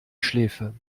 schläfe